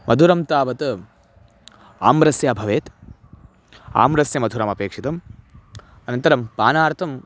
मधुरं तावत् आम्रस्य भवेत् आम्रस्य मधुरमपेक्षितम् अनन्तरं पानार्थम्